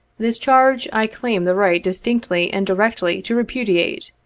this charge, i claim the right distinctly and directly to repudiate,